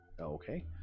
Okay